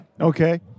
Okay